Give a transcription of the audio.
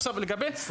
אג'נדה.